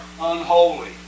unholy